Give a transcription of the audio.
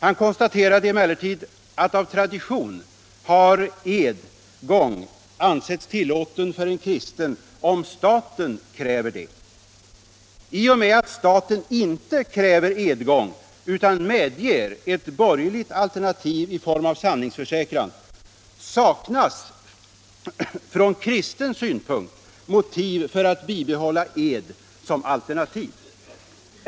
Han konstaterade emellertid att edgång av tradition har ansetts tillåten för en kristen — om staten kräver det. I och med att staten inte kräver edgång utan medger ett ”borgerligt” alternativ i form av sanningsförsäkran, saknas från kristen synpunkt motiv för att bibehålla ed som alternativ.